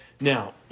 Now